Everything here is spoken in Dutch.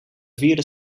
vierde